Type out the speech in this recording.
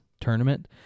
tournament